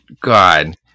God